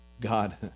God